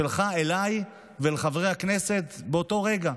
שלך אליי ואל חברי הכנסת באותו רגע.